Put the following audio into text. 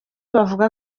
bavuga